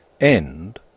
End